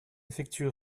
effectue